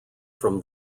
from